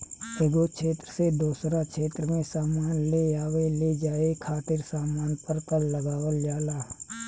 एगो क्षेत्र से दोसरा क्षेत्र में सामान लेआवे लेजाये खातिर सामान पर कर लगावल जाला